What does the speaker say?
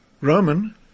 Roman